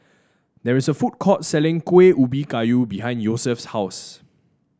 there is a food court selling Kuih Ubi Kayu behind Yosef's house